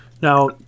Now